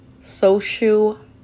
social